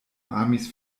amis